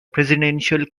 presidential